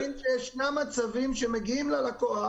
אתה צריך להבין שיש מצבים שמגיעים ללקוח,